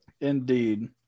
Indeed